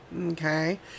Okay